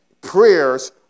prayers